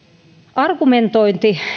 argumentointi